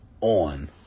on